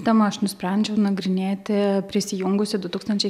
temą aš nusprendžiau nagrinėti prisijungusi du tūkstančiai